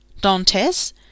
Dantes